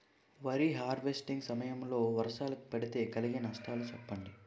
వరి హార్వెస్టింగ్ సమయం లో వర్షాలు పడితే కలిగే నష్టాలు చెప్పండి?